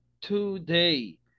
today